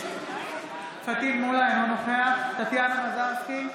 פטין מולא, אינו נוכח טטיאנה מזרסקי,